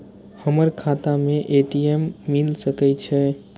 हमर खाता में ए.टी.एम मिल सके छै?